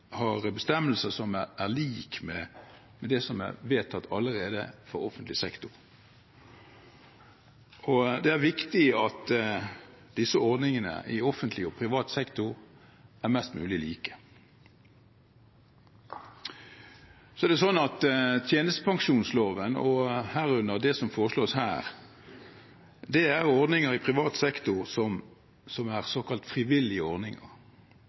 har bestemmelser som er lik de som allerede er vedtatt for offentlig sektor. Det er viktig at disse ordningene i offentlig og privat sektor er mest mulig like. Så er det slik at i tjenestepensjonsloven, herunder det som foreslås her, er det ordninger i privat sektor som er såkalt frivillige ordninger